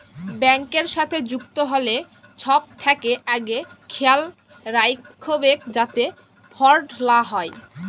ব্যাংকের সাথে যুক্ত হ্যলে ছব থ্যাকে আগে খেয়াল রাইখবেক যাতে ফরড লা হ্যয়